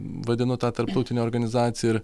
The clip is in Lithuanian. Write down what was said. vadinu tą tarptautinę organizaciją ir